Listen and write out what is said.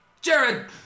jared